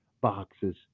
boxes